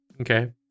Okay